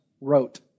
wrote